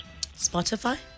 Spotify